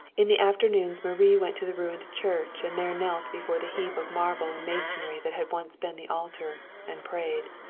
in the afternoons marie went to the ruined church, and there knelt before the heap of marble and masonry that had once been the altar, and prayed.